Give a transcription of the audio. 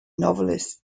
novelist